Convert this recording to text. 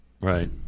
right